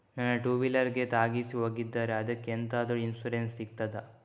ನನ್ನ ಟೂವೀಲರ್ ಗೆ ತಾಗಿಸಿ ಹೋಗಿದ್ದಾರೆ ಅದ್ಕೆ ಎಂತಾದ್ರು ಇನ್ಸೂರೆನ್ಸ್ ಸಿಗ್ತದ?